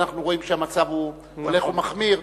ואנחנו רואים שהמצב הולך ומחמיר,